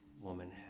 woman